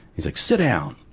he's like, sit down!